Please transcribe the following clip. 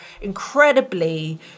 incredibly